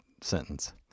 sentence